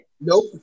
Nope